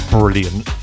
brilliant